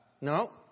No